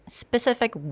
specific